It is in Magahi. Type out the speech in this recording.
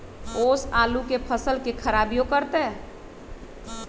ओस आलू के फसल के खराबियों करतै?